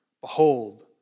Behold